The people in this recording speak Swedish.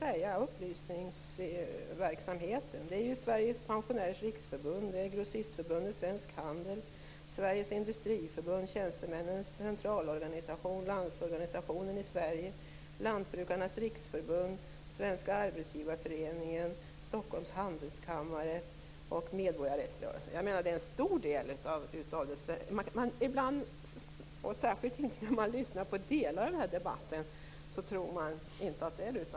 Det handlar om organisationer som Sveriges Pensionärsförbund, Grossistförbundet Svensk Handel, Sveriges Det är alltså en stor del av de svenska organisationerna som är positiva. När man lyssnar på delar av den här debatten tror man inte att det är så.